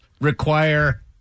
require